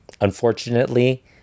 Unfortunately